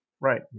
Right